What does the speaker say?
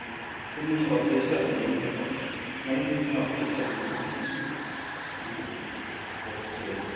तुमी ऑफिसर नी madam madam तुमी ऑफीसर नी आं एफ सी आय